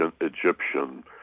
egyptian